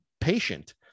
patient